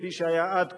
כפי שהיה עד כה.